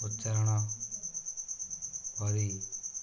ଉଚ୍ଚାରଣ କରି